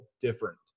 different